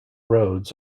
roads